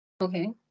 Okay